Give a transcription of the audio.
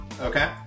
Okay